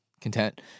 content